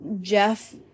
Jeff